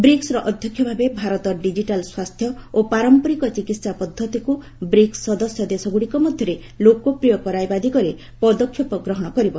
ବ୍ରିକୁର ଅଧ୍ୟକ୍ଷ ଭାବେ ଭାରତ ଡିଜିଟାଲ୍ ସ୍ୱାସ୍ଥ୍ୟ ଓ ପାରମ୍ପରିକ ଚିକିତ୍ସା ପଦ୍ଧତିକୁ ବ୍ରିକ୍ ସଦସ୍ୟ ଦେଶଗୁଡ଼ିକ ମଧ୍ୟରେ ଲୋକପ୍ରିୟ କରାଇବା ଦିଗରେ ପଦକ୍ଷେପ ଗ୍ରହଣ କରିବ